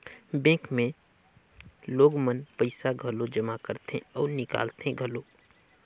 bank मे लोग मन पइसा घलो जमा करथे अउ निकालथें घलो